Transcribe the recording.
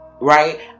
right